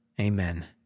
Amen